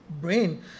brain